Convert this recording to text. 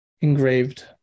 engraved